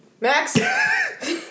Max